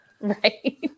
Right